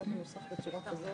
הצו מנוסח בצורה כזאת